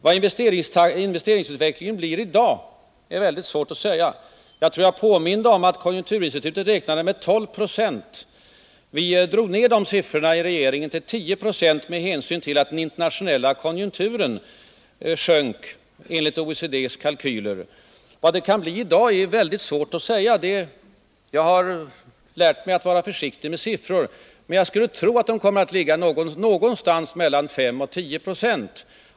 Hur investeringsutvecklingen blir i dag är väldigt svårt att säga. Jag tror att jag påminde om att konjunkturinstitutet räknade med en ökning med 12 96. Vi drog i regeringen ned detta tal till 10 20 med hänsyn till att den internationella konjunkturen sjönk enligt OECD:s kalkyler. Vad ökningen i dag kan bli är väldigt svårt att säga. Jag har lärt mig att vara försiktig med siffror. Jag skulle tro att den kommer att ligga någonstans mellan 5 och 10 96.